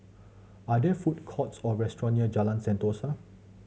are there food courts or restaurants near Jalan Sentosa